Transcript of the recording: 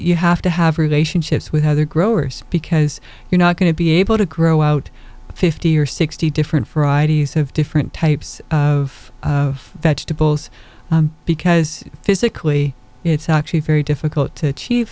you have to have relationships with other growers because you're not going to be able to grow out fifty or sixty different fridays of different types of vegetables because physically it's actually very difficult to achieve